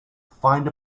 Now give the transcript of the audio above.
find